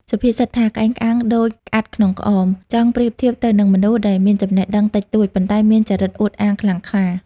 សុភាសិតថា «ក្អេងក្អាងដូចក្អាត់ក្នុងក្អម»ចង់ប្រៀបធៀបទៅនឹងមនុស្សដែលមានចំណេះដឹងតិចតួច ប៉ុន្តែមានចរិតអួតអាងខ្លាំងក្លា។